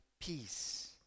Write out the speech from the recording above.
peace